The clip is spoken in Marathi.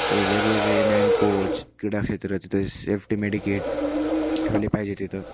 वेगवेगळे नवीन कोच क्रीडा क्षेत्रात तिथे सेफ्टी मेडिकेट ठेवले पाहिजे तिथं